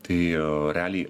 tai realiai